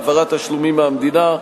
העברת תשלומים מהמדינה,